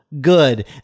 good